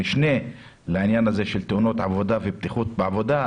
-- משנה לעניין הזה של תאונות עבודה ובטיחות בעבודה.